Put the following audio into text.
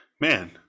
Man